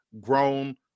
grown